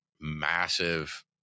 massive